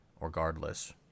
regardless